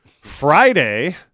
Friday